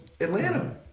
Atlanta